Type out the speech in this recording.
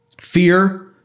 fear